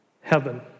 Heaven